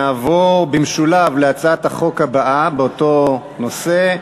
נעבור, במשולב, להצעת החוק הבאה באותו נושא: